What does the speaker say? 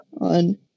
on